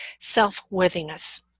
self-worthiness